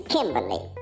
Kimberly